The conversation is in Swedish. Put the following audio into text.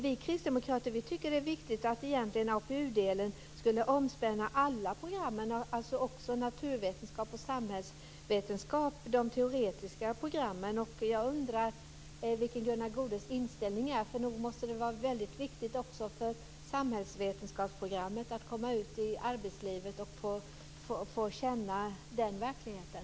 Vi kristdemokrater tycker att det är viktigt att APU-delen omspänner alla program - också de naturvetenskapliga och samhällsvetenskapliga programmen, dvs. de teoretiska programmen. Jag undrar vilken Gunnar Goudes inställning är. Nog måste det vara väldigt viktigt också för elever på samhällsvetenskapsprogrammet att komma ut i arbetslivet och få känna den verkligheten.